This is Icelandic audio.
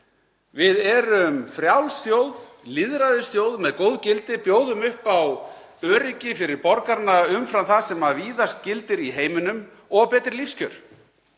Við erum frjáls þjóð, lýðræðisþjóð með góð gildi og bjóðum upp á öryggi fyrir borgarana umfram það sem víðast gildir í heiminum og betri lífskjör.